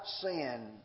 sin